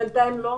בינתיים לא.